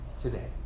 today